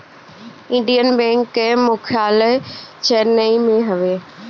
Indian bank कअ मुख्यालय चेन्नई में हवे